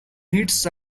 needs